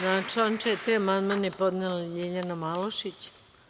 Na član 4. amandman je podnela Ljiljana Malušić.